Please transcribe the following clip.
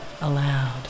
aloud